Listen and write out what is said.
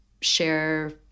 share